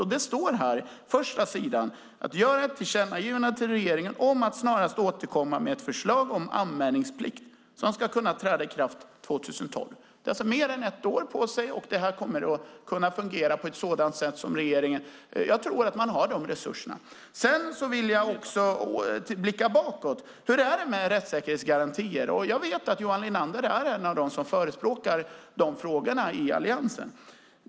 Och det står på första sidan: att göra ett tillkännagivande till regeringen om att snarast återkomma med ett förslag om anmälningsplikt som ska kunna träda i kraft 2012. Man har alltså mer än ett år på sig. Det här kommer att kunna fungera. Jag tror att man har de resurserna. Jag vill också blicka bakåt. Hur är det med rättssäkerhetsgarantier? Jag vet att Johan Linander är en av dem som förespråkar de frågorna i Alliansen.